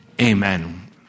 Amen